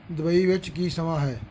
Dubai ਵਿੱਚ ਕੀ ਸਮਾਂ ਹੈ